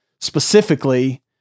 specifically